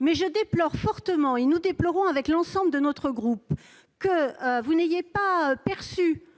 Mais je déplore fortement, avec l'ensemble des membres de mon groupe, que vous n'ayez pas perçu